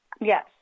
Yes